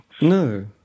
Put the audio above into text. No